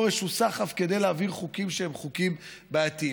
איזשהו סחף כדי להעביר חוקים שהם חוקים בעייתיים.